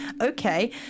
okay